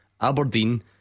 Aberdeen